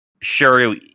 sure